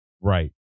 Right